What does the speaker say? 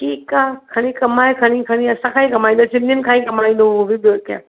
ठीकु आहे खणी कमाए खणी खणी असां खां ई कमाईंदो सिंधियुनि खां ई कमाईंदो हो बि ॿियो क्या